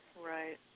Right